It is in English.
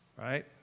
Right